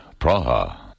Praha